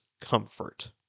comfort